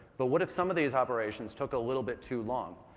but what if some of these operations took a little bit too long?